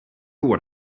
what